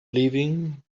leaving